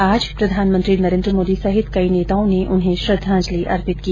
आज प्रधानमंत्री नरेन्द्र मोदी सहित कई नेताओं ने उन्हें श्रद्वाजंलि अर्पित की